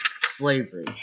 slavery